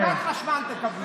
אבקת חשמל תקבלו.